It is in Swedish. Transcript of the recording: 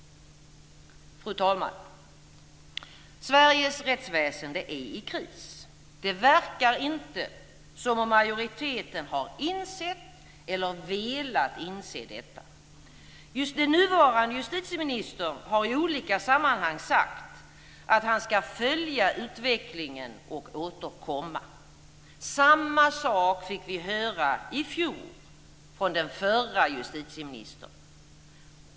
Fru talman! Sveriges rättsväsende är i kris. Det verkar inte som om majoriteten har insett eller velat inse detta. Den nuvarande justitieministern har i olika sammanhang sagt att han ska följa utvecklingen och återkomma. Samma sak fick vi höra i fjor av den förra justitieministern.